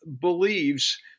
believes